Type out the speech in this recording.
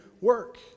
work